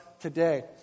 today